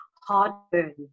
heartburn